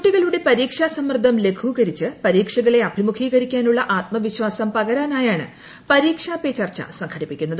കുട്ടികളുടെ പരീക്ഷാസമ്മർദ്ദം ലഘൂകരിച്ച് പ്പരീക്ഷകളെ അഭിമുഖീകരിക്കാ നുള്ളള ആത്മവിശ്വാസം പക്താനിയാണ് പരീക്ഷാ പേ ചർച്ച സംഘടിപ്പിക്കുന്നത്